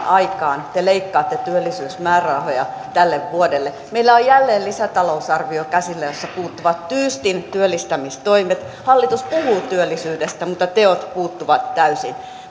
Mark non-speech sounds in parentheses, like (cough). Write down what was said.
(unintelligible) aikaan te leikkaatte työllisyysmäärärahoja tälle vuodelle meillä on jälleen lisätalousarvio käsillä josta puuttuvat tyystin työllistämistoimet hallitus puhuu työllisyydestä mutta teot puuttuvat täysin